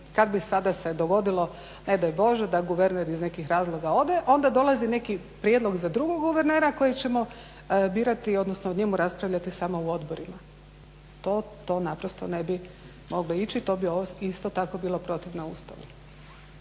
kad bi sada se dogodilo ne daj bože da guverner iz nekih razloga ode onda dolazi neki prijedlog za drugog guvernera koji ćemo birati, odnosno o njemu raspravljati samo u odborima. To naprosto ne bi moglo ići, to bi isto tako bilo protivno Ustavu.